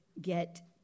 get